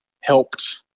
helped